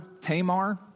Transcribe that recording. Tamar